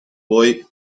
boy